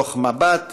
תוך מבט